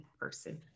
person